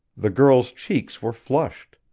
the girl's cheeks were flushed.